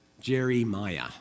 Jeremiah